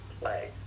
play